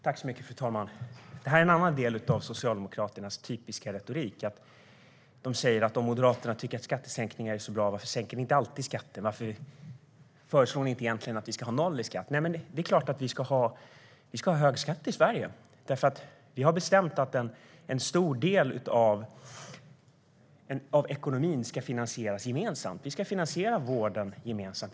Fru talman! Det här är en annan del av Socialdemokraternas typiska retorik. De säger: Om ni moderater tycker att skattesänkningar är så bra, varför sänker ni inte alltid skatten? Varför föreslår ni inte att vi ska ha noll i skatt? Det är klart att vi ska ha hög skatt i Sverige. Vi har nämligen bestämt att en stor del av ekonomin ska finansieras gemensamt. Vi ska finansiera vården gemensamt.